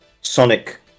Sonic